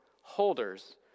holders